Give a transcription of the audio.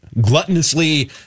gluttonously